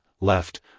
Left